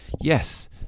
yes